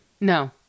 No